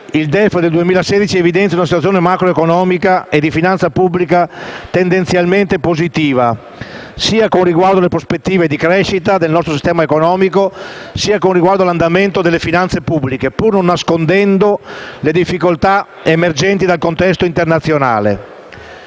il DEF 2016 evidenzia una situazione macroeconomica e di finanza pubblica tendenzialmente positiva sia con riguardo alle prospettive di crescita del nostro sistema economico che con riguardo all'andamento delle finanze pubbliche, pur non nascondendo le difficoltà emergenti dal contesto internazionale.